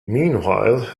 meanwhile